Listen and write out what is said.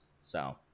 so-